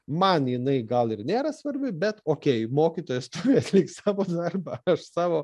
man jinai gal ir nėra svarbi bet okei mokytojas turi atlikt savo darbą aš savo